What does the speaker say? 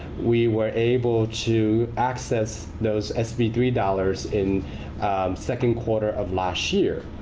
we were able to access those sb three dollars in second quarter of last year.